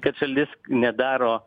kad šalis nedaro